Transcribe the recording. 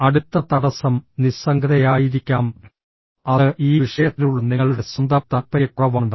അടുത്ത തടസ്സം നിസ്സംഗതയായിരിക്കാം അത് ഈ വിഷയത്തിലുള്ള നിങ്ങളുടെ സ്വന്തം താൽപ്പര്യക്കുറവാണ്